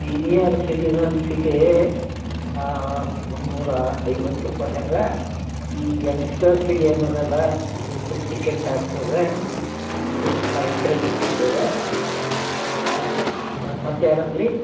senior ಸಿಟಿಸನ್ಸಿಗೆ ಮುನ್ನೂರ ಐವತ್ತು ರೂಪಾಯಿ ಆದರೆ ಈ ಎಂಗ್ಸ್ಟರ್ಸಿಗ್ ಏನು ಅದ ಅಲ್ಲ ಇದು ಫುಲ್ ಟಿಕೆಟ್ ಆಗ್ತದೆ ಇದು ಫೈವ್ ಹಂಡ್ರೆಡ್ ರೂಪಿಸ್ ಅದ ಮತ್ತು ಯಾರಂದಿರಿ